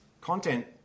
content